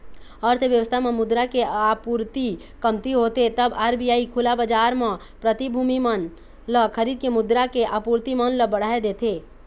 अर्थबेवस्था म मुद्रा के आपूरति कमती होथे तब आर.बी.आई खुला बजार म प्रतिभूति मन ल खरीद के मुद्रा के आपूरति मन ल बढ़ाय देथे